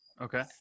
Okay